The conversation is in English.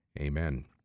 Amen